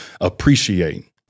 appreciate